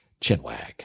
chinwag